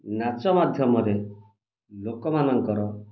ନାଚ ମାଧ୍ୟମରେ ଲୋକମାନଙ୍କର